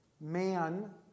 Man